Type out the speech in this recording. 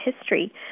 history